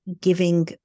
giving